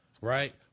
right